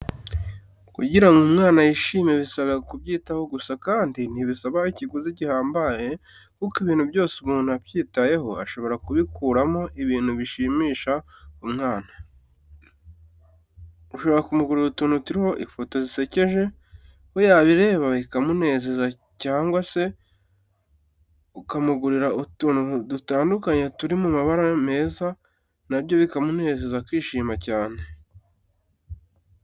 Kugira ngo umwana yishime bisaba kubyitaho gusa kandi ntibisaba ikiguzi gihambaye kuko ibintu byos umuntu abyitayeho ashobora kubikuramo ibintu bishimisha umwana. Ushobora kumugurira utuntu turiho ifoto zisekeje we yabireba bikamunezeza cyangwa se ukamuguriria utuntu dutandukanye turi mu mabara meza na byo bikamunezeza akishima cyane.